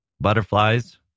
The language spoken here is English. Butterflies